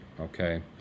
Okay